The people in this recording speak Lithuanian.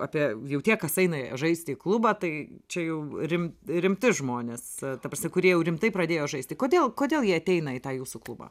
apie jau tie kas eina žaisti į klubą tai čia jau rim rimti žmonės ta prasme kurie jau rimtai pradėjo žaisti kodėl kodėl jie ateina į tą jūsų klubą